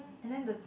and then the